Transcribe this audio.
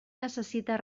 necessita